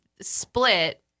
Split